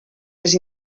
les